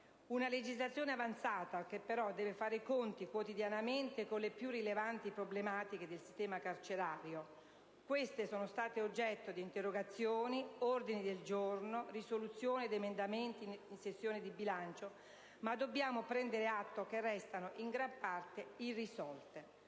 Una legislazione avanzata si trova dunque a dover fare i conti quotidianamente con le più rilevanti problematiche del sistema carcerario; queste sono state oggetto di interrogazioni, ordini del giorno, risoluzioni ed emendamenti in sessione di bilancio, ma dobbiamo prendere atto che restano, in gran parte, irrisolte.